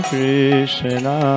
Krishna